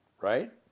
Right